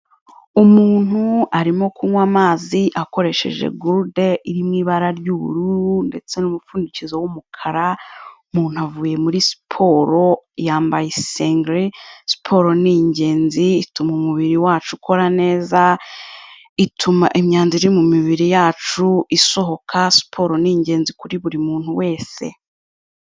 Umuntu arimo kunywa amazi akoresheje gurude iri mu ibara ry'ubururu ndetse n'umupfundikizo w'umukara, umuntu avuye muri siporo yambaye isengere, siporo ni ingenzi ituma umubiri wacu ukora neza, ituma imyanda iri mu mibiri yacu isohoka, siporo ni ingenzi kuri buri muntu wese.